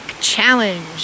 challenge